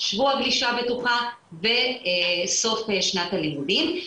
שבוע גלישה בטוחה וסוף שנת הלימודים.